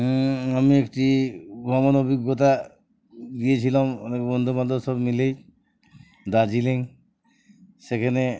আমি একটি ভ্রমণ অভিজ্ঞতা গিয়েছিলাম অনেক বন্ধুবান্ধব সব মিলেই দার্জিলিং সেখানে